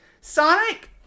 Sonic